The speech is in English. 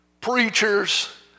preachers